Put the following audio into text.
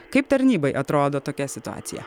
kaip tarnybai atrodo tokia situacija